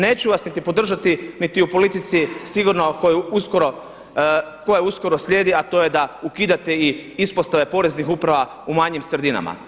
Neću vas niti podržati, niti u politici sigurno koja uskoro slijedi, a to je da ukidate i ispostave poreznih uprava u manjim sredinama.